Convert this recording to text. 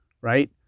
right